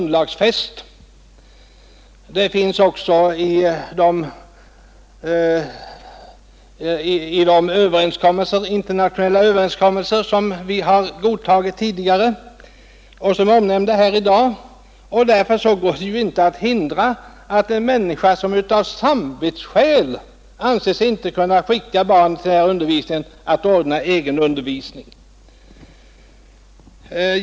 Den är också skyddad i de internationella överenskommelser som vi tidigare har godtagit och som omnämnts här i dag, och därför går det inte att hindra en människa, som av samvetsskäl anser sig inte kunna skicka sina barn till den ordinarie skolans undervisning, att ordna egen undervisning.